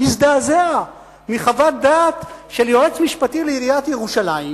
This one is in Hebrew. מזדעזע מחוות דעת של יועץ משפטי לעיריית ירושלים,